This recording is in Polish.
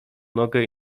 nogę